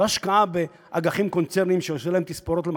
לא השקעה באג"חים קונצרניים שעושים להם תספורות למחרת,